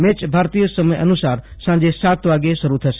match ભારતીય સમય અનુસાર સાંજે સાત વાગ્યે શરૂ થશે